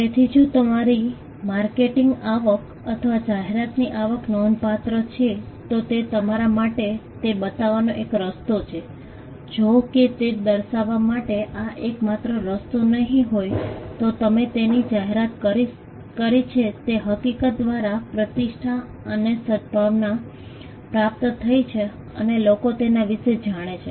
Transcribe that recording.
તેથી જો તમારી માર્કેટિંગ આવક અથવા જાહેરાતની આવક નોંધપાત્ર છે તો તે તમારા માટે તે બતાવવાનો એક રસ્તો છે જો કે તે દર્શાવવા માટેનો આ એકમાત્ર રસ્તો નહીં હોય તો તમે તેની જાહેરાત કરી છે તે હકીકત દ્વારા પ્રતિષ્ઠા અને સદ્ભાવના પ્રાપ્ત થઈ છે અને લોકો તેના વિશે જાણે છે